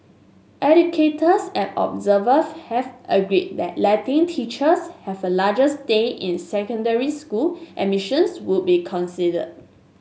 educators and observer have agreed that letting teachers have a larger stay in secondary school admissions would be considered